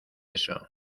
eso